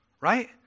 right